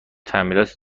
تعمیرات